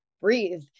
breathe